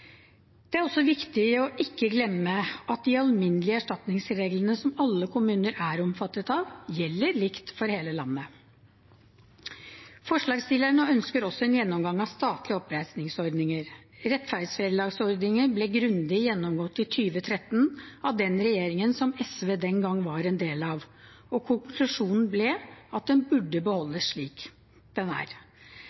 Det er også viktig å ikke glemme at de alminnelige erstatningsreglene, som alle kommuner er omfattet av, gjelder likt for hele landet. Forslagsstillerne ønsker også en gjennomgang av statlige oppreisningsordninger. Rettferdsvederlagsordningen ble grundig gjennomgått i 2013 av den regjeringen som SV den gangen var en del av, og konklusjonen ble at den burde